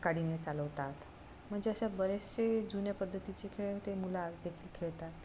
काडीने चालवतात म्हणजे अशा बरेचसे जुन्या पद्धतीचे खेळ ते मुलं आज देखील खेळतात